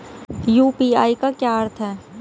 UPI का क्या अर्थ है?